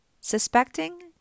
Suspecting